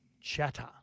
Chatter